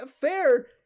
fair